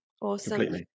awesome